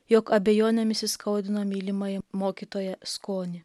jog abejonėmis įskaudino mylimąjį mokytoją skonį